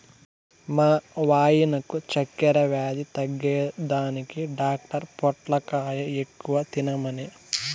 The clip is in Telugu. మా వాయినకు చక్కెర వ్యాధి తగ్గేదానికి డాక్టర్ పొట్లకాయ ఎక్కువ తినమనె